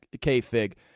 K-Fig